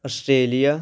Australia